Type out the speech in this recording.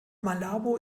malabo